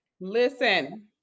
Listen